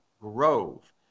grove